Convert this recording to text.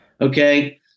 Okay